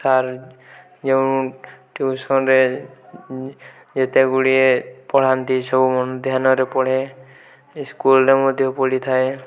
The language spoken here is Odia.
ସାର୍ ଯେଉଁ ଟ୍ୟୁସନ୍ରେ ଯେତେ ଗୁଡ଼ିଏ ପଢ଼ାନ୍ତି ସବୁ ମୁଁ ଧ୍ୟାନରେ ପଢ଼େ ସେ ସ୍କୁଲରେ ମଧ୍ୟ ପଢ଼ିଥାଏ